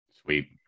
sweet